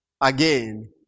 again